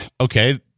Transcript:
okay